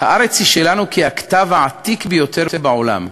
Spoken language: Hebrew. הארץ היא שלנו כי הכתב העתיק ביותר בעולם,